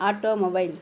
automobile